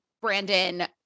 Brandon